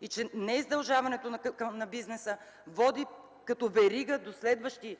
и неиздължаването към бизнеса води като верига до следващи